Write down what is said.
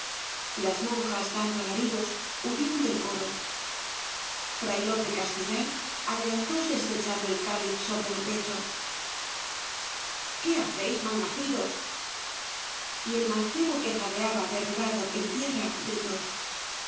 las monjas dando alaridos huyeron del coro fray lope castellar adelantóse estrechando el cáliz sobre el pecho qué hacéis mal nacidos y el mancebo que jadeaba derribado en tierra gritó